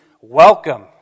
Welcome